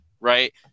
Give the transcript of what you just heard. right